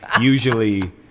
Usually